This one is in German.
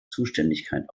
zuständigkeit